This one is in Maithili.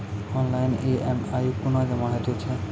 ऑनलाइन ई.एम.आई कूना जमा हेतु छै?